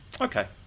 Okay